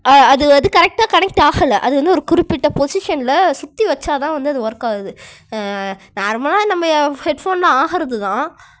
அ அது அது கரெக்ட்டாக கனெக்ட் ஆகல அது வந்து ஒரு குறிப்பிட்ட பொசிஷனில் சுற்றி வச்சால்தான் வந்து அது ஒர்க் ஆவது நார்மலாக நம்ம ஹெட்ஃபோன்லாம் ஆகிறது தான்